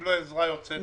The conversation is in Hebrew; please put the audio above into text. שקיבלו עזרה יוצאת דופן.